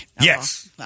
Yes